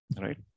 Right